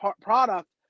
product